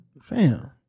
Fam